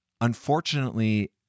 Unfortunately